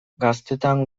gaztetan